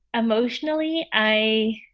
emotionally, i.